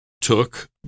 took